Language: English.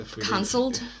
cancelled